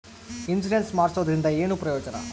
Insurance ಮಾಡ್ಸೋದರಿಂದ ಏನು ಪ್ರಯೋಜನ?